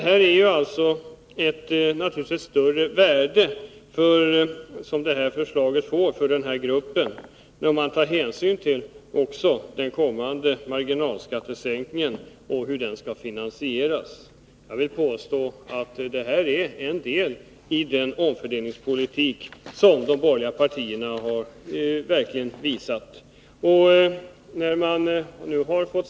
Förslaget får naturligtvis ett större värde för denna grupp, också med hänsyn till den kommande marginalskattesänkningen och hur den skall finansieras. Jag vill påstå att förslaget är ett led i den omfördelningspolitik som de borgerliga partierna verkligen har visat prov på.